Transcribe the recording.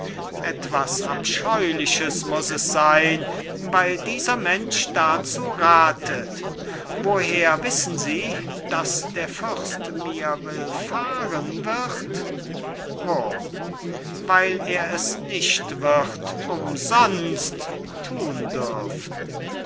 etwas abscheuliches muß es sein weil dieser mensch dazu rathet woher wissen sie daß der fürst mir willfahren wird wurm weil er es nicht wird umsonst thun dürfen